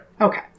Okay